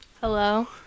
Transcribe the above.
Hello